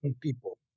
people